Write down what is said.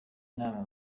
inama